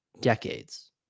Decades